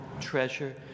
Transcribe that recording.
treasure